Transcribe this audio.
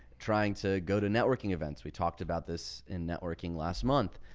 trying to go to networking events. we talked about this in networking last month,